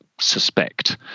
suspect